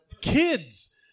kids